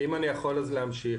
אם אני יכול אז להמשיך,